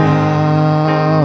now